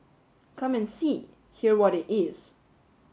come and see hear what it is